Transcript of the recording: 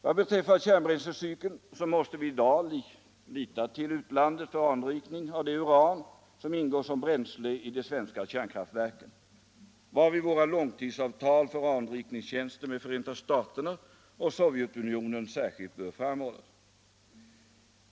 Vad beträffar kärnbränslecykeln måste vi i dag lita till utlandet för anrikning av det uran som ingår som bränsle i de svenska kärnkraftverken, varvid våra långtidsavtal för anrikningstjänster med Förenta staterna och Sovjetunionen särskilt bör framhållas.